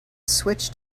switch